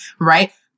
right